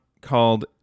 called